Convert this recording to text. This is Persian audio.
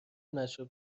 مشروب